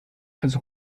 als